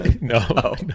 No